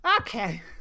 Okay